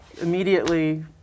immediately